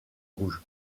rouge